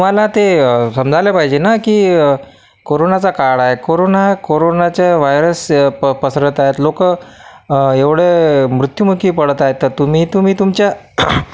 तुम्हाला ते समजायले पाहिजे ना की कोरोनाचा काळ आहे कोरोना कोरोनाच्या वायरस पसरतायत लोक एवढे मृत्युमुखी पडत आहेत तर तुम्ही तुम्ही तुमच्या